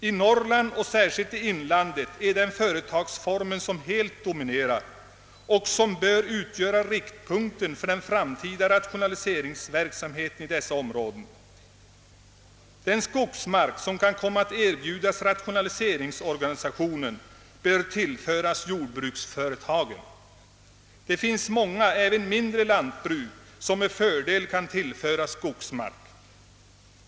I Norrland är den en helt dominerande företagsform — särskilt i inlandet — och bör utgöra riktpunkten för den framtida rationaliseringsverksamheten i dessa områden. Den skogsmark som kan komma att erbjudas rationaliseringsorganisationen bör tillföras jordbruksföretagen. Det finns många lantbruk, även mindre sådana, som med fördel kan tillföras skogsmark.